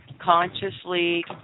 Consciously